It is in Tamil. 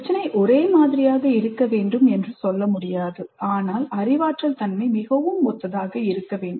பிரச்சினை ஒரே மாதிரியாக இருக்க வேண்டும் என்று சொல்ல முடியாது ஆனால் அறிவாற்றல் தன்மை மிகவும் ஒத்ததாக இருக்க வேண்டும்